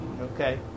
okay